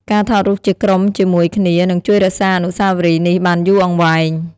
ការថតរូបជាក្រុមជាមួយគ្នានឹងជួយរក្សាអនុស្សាវរីយ៍នេះបានយូរអង្វែង។